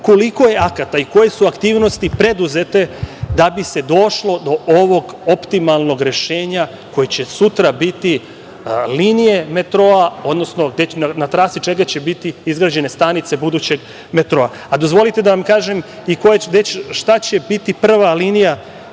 koliko je akata i koje su aktivnosti preduzete da bi se došlo do ovog optimalnog rešenja koje će sutra biti linije metroa, odnosno na trasi čega će biti izgrađene stanice budućeg metroa. Dozvolite da vam kažem i šta će biti prva linija